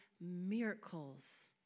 miracles